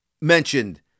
mentioned